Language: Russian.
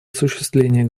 осуществлении